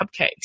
cupcakes